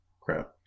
crap